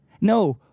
No